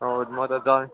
अब म त